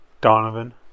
Donovan